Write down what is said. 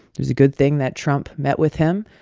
it was a good thing that trump met with him.